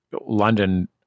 London